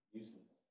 useless